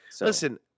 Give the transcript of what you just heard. Listen